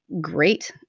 great